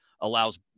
allows –